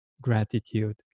gratitude